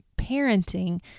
parenting